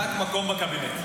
רק מקום בקבינט.